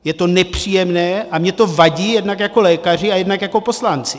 Je to nepříjemné a mně to vadí jednak jako lékaři a jednak jako poslanci.